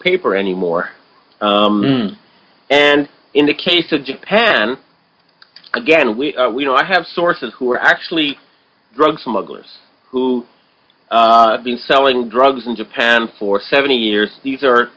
paper anymore and in the case of japan again we know i have sources who are actually drug smugglers who been selling drugs in japan for seventy years these